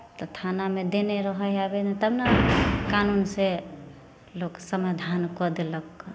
तऽ थानामे देने रहै हइ आवेदन तब ने कानूनसँ लोक समाधान कऽ देलक